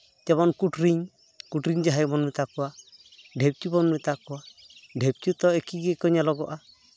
ᱡᱮᱢᱚᱱ ᱠᱩᱴᱨᱤᱝ ᱠᱩᱴᱨᱤᱝ ᱡᱟᱦᱟᱸᱭ ᱵᱚᱱ ᱢᱮᱛᱟ ᱠᱚᱣᱟ ᱰᱷᱤᱯᱪᱩ ᱵᱚᱱ ᱢᱮᱛᱟ ᱠᱚᱣᱟ ᱰᱷᱤᱯᱪᱩ ᱫᱚ ᱮᱠᱤ ᱜᱮᱠᱚ ᱧᱮᱞᱚᱜᱚᱜᱼᱟ